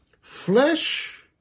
flesh